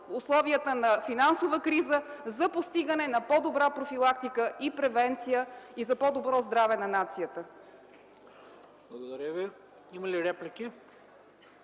условията на финансова криза за постигане на по-добра профилактика и превенция и за по-добро здраве на нацията. ПРЕДСЕДАТЕЛ ХРИСТО БИСЕРОВ: